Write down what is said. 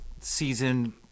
season